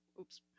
oops